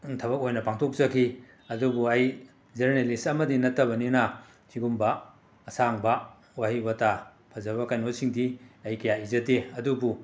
ꯊꯕꯛ ꯑꯣꯏꯅ ꯄꯥꯡꯊꯣꯛꯆꯈꯤ ꯑꯗꯨꯕꯨ ꯑꯩ ꯖꯔꯅꯦꯂꯤꯁ ꯑꯃꯗꯤ ꯅꯠꯇꯕꯅꯤꯅ ꯁꯤꯒꯨꯝꯕ ꯑꯁꯥꯡꯕ ꯋꯥꯍꯩ ꯋꯥꯇꯥ ꯐꯖꯕ ꯀꯩꯅꯣꯁꯤꯡꯗꯤ ꯑꯩ ꯀꯌꯥ ꯏꯖꯗꯦ ꯑꯗꯨꯕꯨ